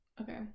Okay